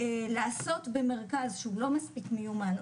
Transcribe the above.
לעשות במרכז שהוא לא מספיק מיומן,